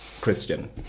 Christian